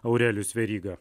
aurelijus veryga